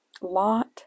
Lot